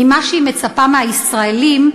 ממה שהיא מצפה מהישראלים,